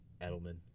Edelman